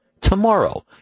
Tomorrow